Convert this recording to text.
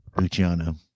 Luciano